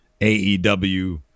AEW